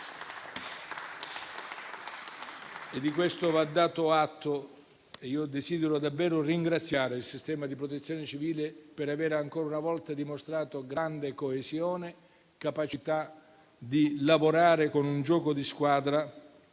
Di questo va dato atto e desidero davvero ringraziare il sistema di Protezione civile per avere ancora una volta dimostrato grande coesione, capacità di lavorare con un gioco di squadra,